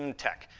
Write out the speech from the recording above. and tech.